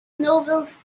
novels